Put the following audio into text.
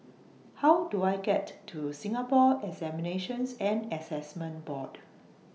How Do I get to Singapore Examinations and Assessment Board